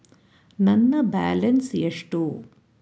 ನನ್ನ ಬ್ಯಾಲೆನ್ಸ್ ಎಷ್ಟು?